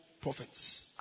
prophets